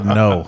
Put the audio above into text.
no